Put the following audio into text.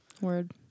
Word